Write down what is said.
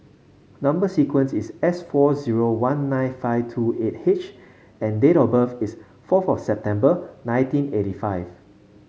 number sequence is S four zero one nine five two eight H and date of birth is fourth of September nineteen eighty five